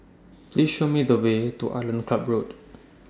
Please Show Me The Way to Island Club Road